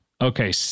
Okay